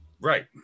right